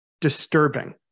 disturbing